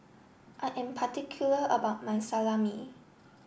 I am particular about my Salami